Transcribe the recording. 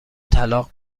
طلاق